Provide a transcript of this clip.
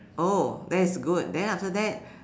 oh that is good then after that